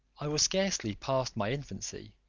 i was scarcely past my infancy,